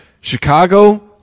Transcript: Chicago